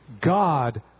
God